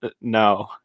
no